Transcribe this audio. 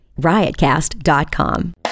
riotcast.com